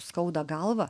skauda galvą